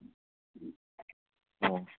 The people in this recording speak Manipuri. ꯑꯣ